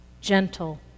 gentle